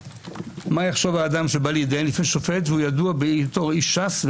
מה יחשוב האדם שבא להידיין לפני שופט והוא ידוע בהיותו איש ש"ס,